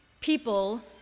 People